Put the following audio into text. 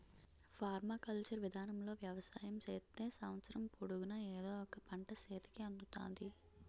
permaculture విధానములో వ్యవసాయం చేత్తే సంవత్సరము పొడుగునా ఎదో ఒక పంట సేతికి అందుతాది